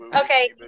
Okay